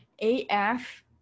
AF